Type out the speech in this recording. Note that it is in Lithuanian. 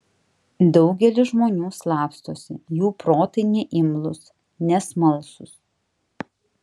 daugelis žmonių slapstosi jų protai neimlūs nesmalsūs